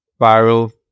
viral